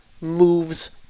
moves